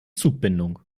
zugbindung